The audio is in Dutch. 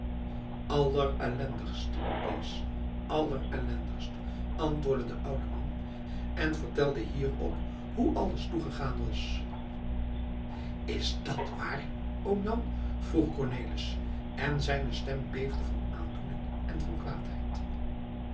allerellendigst kees allerellendigst antwoordde de oude man en vertelde hierop hoe alles toegegaan was is dat wààr oom jan vroeg cornelis en zijne stem beefde van aandoening en van kwaadheid